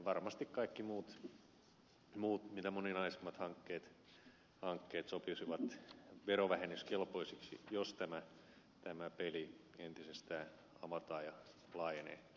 varmasti kaikki muut mitä moninaisimmat hankkeet sopisivat verovähennyskelpoisiksi jos tämä peli entisestään avataan ja laajenee